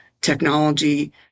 technology